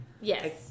Yes